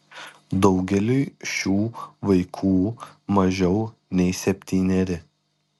daugeliui šių vaikų mažiau nei septyneri